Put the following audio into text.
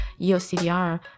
EOCDR